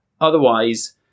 Otherwise